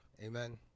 Amen